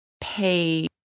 pay